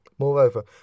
Moreover